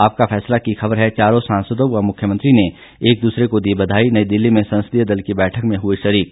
आपका फैसला की खबर है चारों सांसदों व मुख्यमंत्री ने एक दूसरे को दी बधाई नई दिल्ली में संसदीय दल की बैठक में हुए शरीक